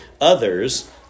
Others